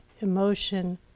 emotion